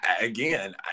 again